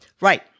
Right